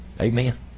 Amen